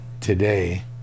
today